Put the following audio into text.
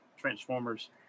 Transformers